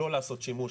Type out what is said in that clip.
לא לעשות שימוש,